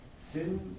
sin